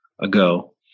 ago